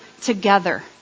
together